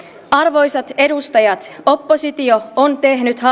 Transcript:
hallituksen pöydälle arvoisat edustajat oppositio on tehnyt hallitukselle kuntavaalien alla